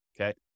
okay